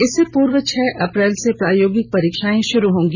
इससे पूर्व छह अप्रैल से प्रायोगिक परीक्षाएं शुरू होगी